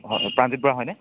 হয় প্ৰাণজিত বৰা হয়নে